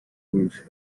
dulces